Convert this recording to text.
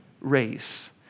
race